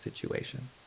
situation